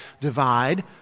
divide